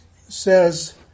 says